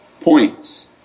points